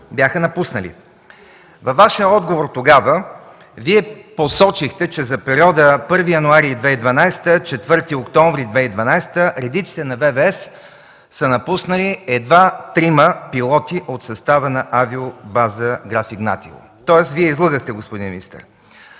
бяха напуснали. Във Вашия отговор тогава Вие посочихте, че за периода 1 януари 2012 г. – 4 октомври 2012 г. редиците на ВВС са напуснали едва трима пилоти от състава на авиобаза „Граф Игнатиево”. Тоест, Вие излъгахте, господин министър.